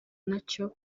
nacyo